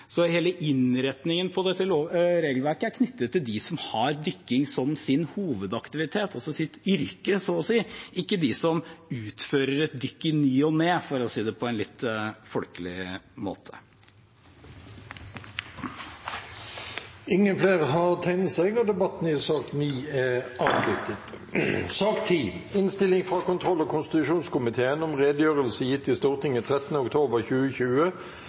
Hele innretningen på dette regelverket er knyttet til dem som har dykking som sin hovedaktivitet, sitt yrke, så å si, ikke dem som utfører et dykk i ny og ne, for å si det på en litt folkelig måte. Flere har ikke bedt om ordet til sak nr. 9. Etter ønske fra kontroll- og konstitusjonskomiteen